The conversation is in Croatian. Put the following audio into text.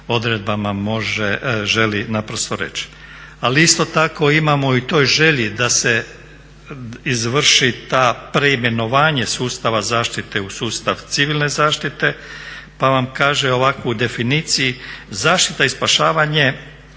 odredbama može, želi naprosto reći. Ali isto tako imamo i u toj želji da se izvrši to preimenovanje sustava zaštite u sustav civilne zaštite pa vam kaže ovako u definiciji "zaštita i spašavanje